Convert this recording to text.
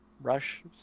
Rush